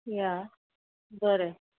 या बरें